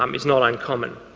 um is not uncommon.